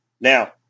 Now